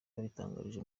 babitangarije